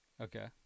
Okay